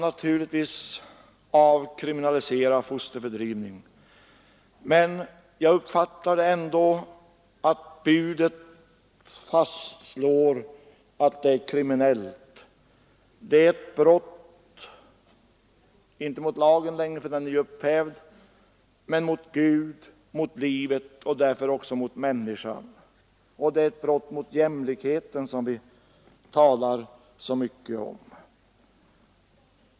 Naturligtvis kan vi avkriminalisera fosterfördrivningen, men jag uppfattar det så att budet står fast att det är kriminellt. Det är ett brott — inte längre mot lagen eftersom den är upphävd, men ett brott mot Gud, mot livet, och därmed också mot människan. Och det är ett brott mot jämlikheten, som vi talar så mycket om.